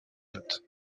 notes